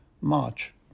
March